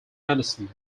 anderson